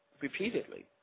repeatedly